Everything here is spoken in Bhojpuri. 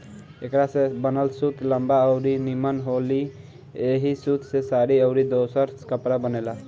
एकरा से बनल सूत लंबा अउरी निमन होला ऐही सूत से साड़ी अउरी दोसर कपड़ा बनेला